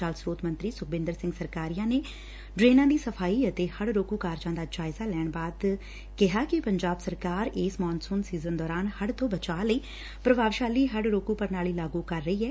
ਜਲ ਸਰੋਤ ਮੰਤਰੀ ਸੁਖਬਿੰਦਰ ਸਿੰਘ ਸਰਕਾਰੀਆ ਨੇ ਡਰੇਨਾਂ ਦੀ ਸਫਾਈ ਅਤੇ ਹੜ੍ ਰੋਕੂ ਕਾਰਜਾਂ ਦਾ ਜਾਇਜ਼ਾ ਲੈਣ ਬਾਅਦ ਕਿਹਾ ਕਿ ਪੰਜਾਬ ਸਰਕਾਰ ਇਸ ਮੌਨਸੁਨ ਸੀਜ਼ਨ ਦੌਰਾਨ ਹੜ ਤੋਂ ਬਚਾਅ ਲਈ ਪ੍ਰਭਾਵਸ਼ਾਲੀ ਹੜ੍ਹ ਰੋਕੁ ਪ੍ਰਣਾਲੀ ਲਾਗੁ ਕਰ ਰਹੀ ਐ